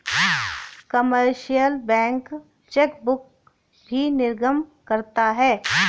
commercial bank chequebook भी निर्गम करता है